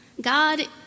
God